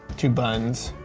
two buns.